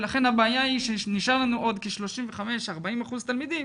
ולכן הבעיה היא שנשאר לנו עוד כ-40%-35% תלמידים